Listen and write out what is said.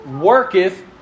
worketh